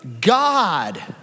God